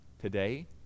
today